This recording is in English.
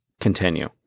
continue